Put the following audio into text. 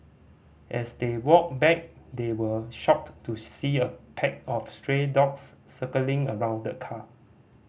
as they walked back they were shocked to see a pack of stray dogs circling around the car